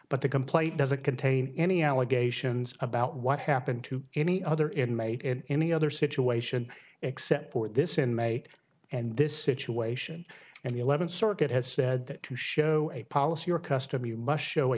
but the complaint doesn't contain any allegations about what happened to any other inmate in any other situation except for this inmate and this situation and the eleventh circuit has said that to show a policy or custom you must show